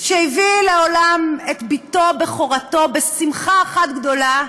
שהביא לעולם את בתו בכורתו בשמחה אחת גדולה,